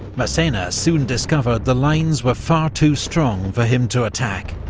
massena soon discovered the lines were far too strong for him to attack.